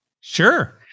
Sure